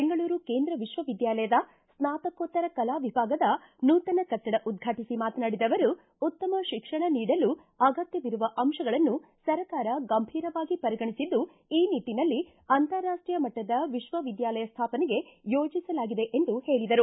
ಬೆಂಗಳೂರು ಕೇಂದ್ರ ವಿಶ್ವವಿದ್ಯಾಲಯದ ಸ್ನಾತಕೋತ್ತರ ಕಲಾ ವಿಭಾಗದ ನೂತನ ಕಟ್ಟಡ ಉದ್ಘಾಟಿಸಿ ಮಾತನಾಡಿದ ಅವರು ಉತ್ತಮ ಶಿಕ್ಷಣ ನೀಡಲು ಅಗತ್ಯವಿರುವ ಅಂಶಗಳನ್ನು ಸರ್ಕಾರ ಗಂಭಿರವಾಗಿ ಪರಿಗಣಿಸಿದ್ದು ಈ ನಿಟ್ಟನಲ್ಲಿ ಅಂತಾರಾಷ್ಟೀಯ ಮಟ್ಟದ ವಿಶ್ವವಿದ್ಯಾಲಯ ಸ್ಥಾಪನೆಗೆ ಯೋಜಿಸಲಾಗಿದೆ ಎಂದು ಹೇಳಿದರು